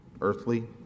earthly